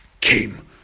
came